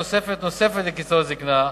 תוספת נוספת לקצבאות הזיקנה,